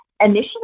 initially